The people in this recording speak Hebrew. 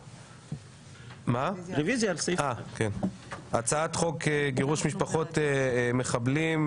1. הצעת חוק גירוש משפחות מחבלים,